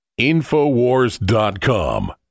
Infowars.com